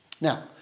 Now